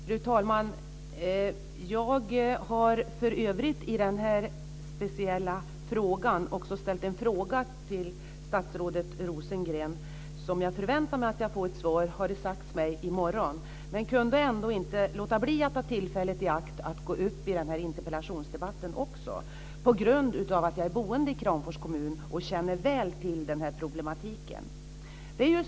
Fru talman! Jag har i den här speciella frågan också ställt en skriftlig fråga till statsrådet Rosengren. Det har sagts mig att jag får ett svar i morgon. Men jag kunde ändå inte låta bli att ta tillfället i akt och gå upp i den här interpellationsdebatten på grund av att jag är boende i Kramfors kommun och känner väl till den här problematiken.